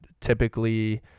typically